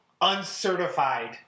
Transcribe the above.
uncertified